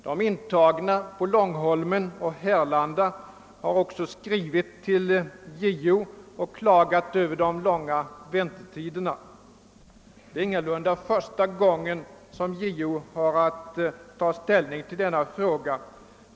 De intagna på Långholmen och Härlanda har också skrivit till JO och klagat över de långa väntetiderna. Det är ingalunda första gången som JO har att ta ställning till denna fråga.